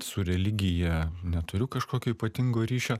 su religija neturiu kažkokio ypatingo ryšio